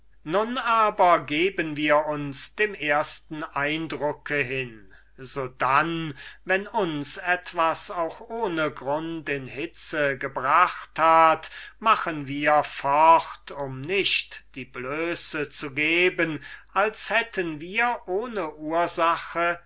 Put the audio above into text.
aber geben wir un bem erflen qrinbrucfe f in fobanu wenn un twaä auch ohne runb in ie gebracht f at machen wir fort um nicht die blöße zu geben afö hätten wir ohne urfad